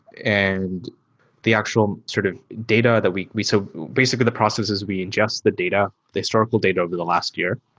and the actual sort of data that we we so basically, the processes is we ingest the data, the historical data over the last year.